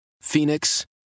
Phoenix